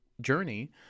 journey